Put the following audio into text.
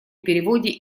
переводе